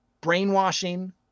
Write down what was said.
brainwashing